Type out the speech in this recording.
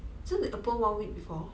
so they open one week before